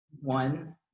one